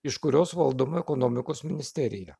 iš kurios valdoma ekonomikos ministerija